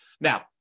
Now